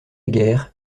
guerre